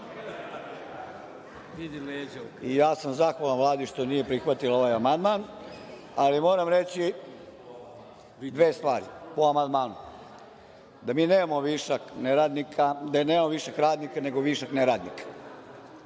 trenera. Zahvalan sam Vladi što nije prihvatila ovaj amandman, ali, moram reći dve stvari o amandmanu. Mi nemamo višak radnika, nego višak neradnika.